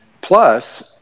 plus